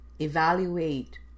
evaluate